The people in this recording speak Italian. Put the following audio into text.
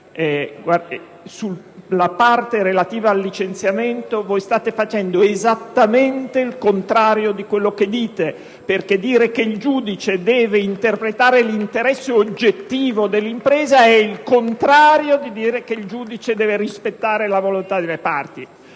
sulla parte relativa al licenziamento state facendo esattamente il contrario di quello che dite di voler fare. Dire che il giudice deve farsi interprete dell'interesse oggettivo dell'impresa è esattamente il contrario rispetto a dire che il giudice deve rispettare la volontà delle parti